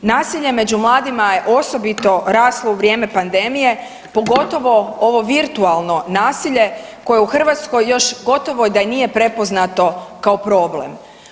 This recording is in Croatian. Nasilje među mladima je osobito raslo u vrijeme pandemije, pogotovo ovo virtualno nasilje koje u Hrvatskoj još gotovo da i nije prepoznato kao problem.